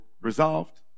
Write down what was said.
resolved